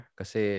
kasi